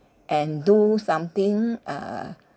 and do something uh uh